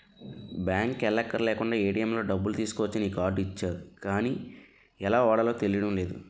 బాంకుకి ఎల్లక్కర్లేకుండానే ఏ.టి.ఎం లో డబ్బులు తీసుకోవచ్చని ఈ కార్డు ఇచ్చారు గానీ ఎలా వాడాలో తెలియడం లేదు